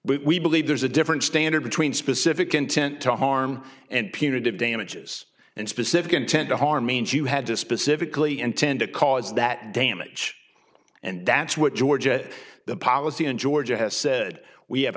we believe there's a different standard between specific intent to harm and punitive damages and specific intent to harm means you had to specifically intend to cause that damage and that's what georgia the policy in georgia has said we have